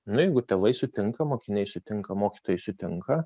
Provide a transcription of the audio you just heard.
na jeigu tėvai sutinka mokiniai susitinka mokytojai sutinka